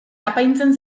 apaintzen